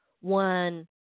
one